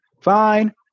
Fine